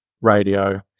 radio